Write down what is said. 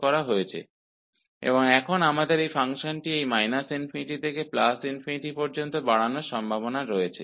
और अब हमारे पास इस फंक्शन को −∞ से ∞ तक विस्तारित करने की संभावना है